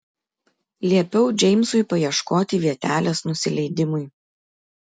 liepiau džeimsui paieškoti vietelės nusileidimui